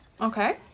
Okay